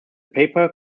paper